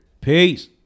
Peace